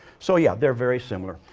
so, yeah, they're very similar.